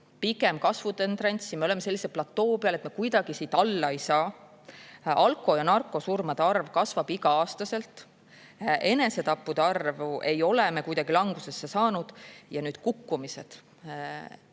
pigem kasvutendents, me oleme sellisel platool, et me kuidagi siit alla ei saa. Alko‑ ja narkosurmade arv kasvab igal aastal. Enesetappude arvu ei ole me kuidagi langusesse saanud. Kukkumised,